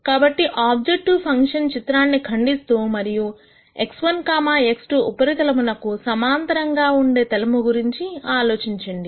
కాబట్టి objective function చిత్రాన్ని ఖండిస్తూ మరియు x1 x2 ఉపరితలమునకు సమాంతరంగా ఉండే తలము గురించి ఆలోచించండి